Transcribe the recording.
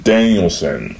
Danielson